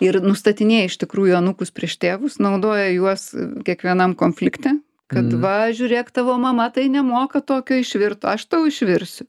ir nustatinėja iš tikrųjų anūkus prieš tėvus naudoja juos kiekvienam konflikte kad va žiūrėk tavo mama tai nemoka tokio išvirt aš tau išvirsiu